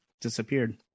disappeared